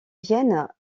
viennent